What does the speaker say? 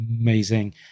amazing